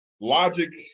logic